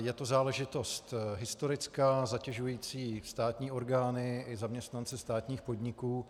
Je to záležitost historická, zatěžující státní orgány i zaměstnance státních podniků.